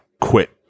quit